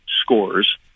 scores